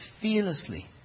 fearlessly